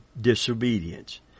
disobedience